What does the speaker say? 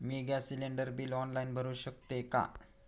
मी gas cylinder bill online भरु शकते का?